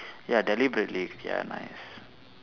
ya deliberately ya nice